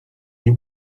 nie